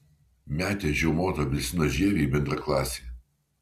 metė žiaumoto apelsino žievę į bendraklasį